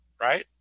right